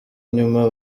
nyuma